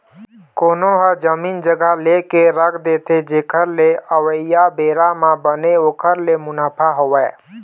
कोनो ह जमीन जघा लेके रख देथे जेखर ले अवइया बेरा म बने ओखर ले मुनाफा होवय